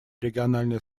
региональное